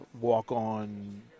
walk-on